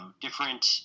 different